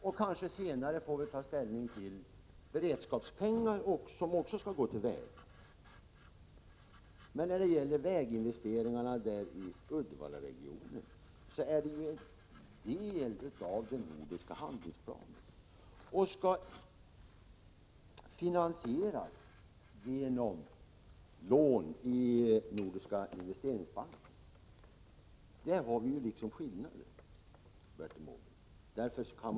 Vi kanske senare får ta ställning till beredskapspengar som också skall gå till vägar. Väginvesteringarna i Uddevallaregionen är en del av den nordiska handlingsplanen. De vägarna skall finansieras genom lån i Nordiska investeringsbanken. Där har vi skillnaden, Bertil Måbrink.